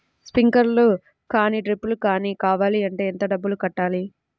Sprinkler కానీ డ్రిప్లు కాని కావాలి అంటే ఎంత డబ్బులు కట్టాలి?